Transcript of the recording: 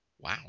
wow